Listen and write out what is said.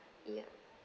ya